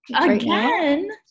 Again